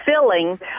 filling